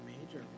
Major